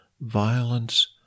violence